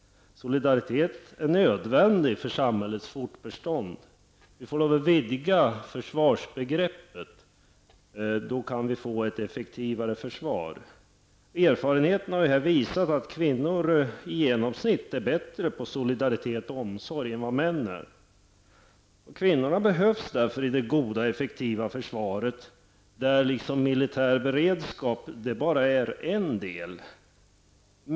Solidariteten är nödvändig för samhällets fortbestånd. Vi får lov att vidga försvarsbegreppet -- då kan vi få till stånd ett effektivare försvar. Erfarenheten har här visat att kvinnor i genomsnitt är bättre på solidaritet och omsorg än vad män är. Kvinnorna behövs därför i det goda och effektiva försvaret, där militär beredskap bara är en del.